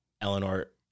Eleanor